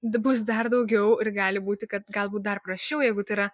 bus dar daugiau ir gali būti kad galbūt dar prasčiau jeigu tai yra